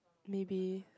maybe